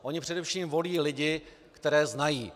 Oni především volí lidi, které znají.